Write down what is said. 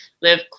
live